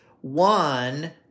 One